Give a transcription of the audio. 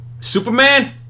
Superman